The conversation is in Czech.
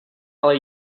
ale